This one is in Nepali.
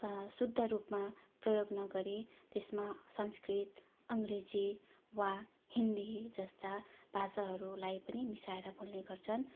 शुद्ध रूपमा प्रयोग नगरी त्यसमा संस्कृत अङ्ग्रेजी वा हिन्दी जस्ता भाषाहरूलाई पनि मिसाएर बोल्ने गर्छन्